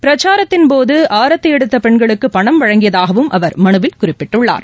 பிரச்சாரத்தின் போதுஆரத்திஎடுத்தபெண்களுக்குபணம் வழங்கியதாகவும் அவர் மனுவில் கூறியுள்ளார்